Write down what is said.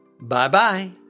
Bye-bye